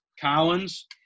Collins